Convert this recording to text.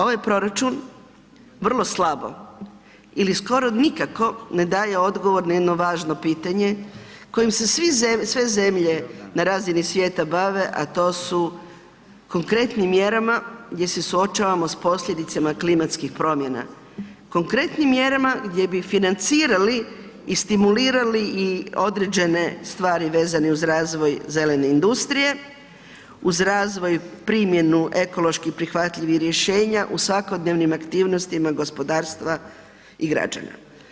Ovaj proračun, vrlo slabo ili skoro nikako ne daje odgovor na jedno važno pitanjem kojem se sve zemlje na razini svijeta bave, a to su konkretnim mjerama gdje se suočavamo s posljedicama klimatskim promjena, konkretnim mjerama gdje bi financirali i stimulirali i određene stvari vezane uz razvoj zelene industrije, uz razvoj primjenu ekološki prihvatljivih rješenja u svakodnevnim aktivnostima gospodarstva i građana.